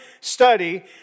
study